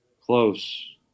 close